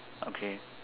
okay